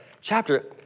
chapter